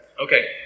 Okay